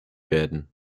werden